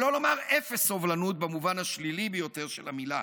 שלא לומר אפס סובלנות במובן השלילי ביותר של המילה,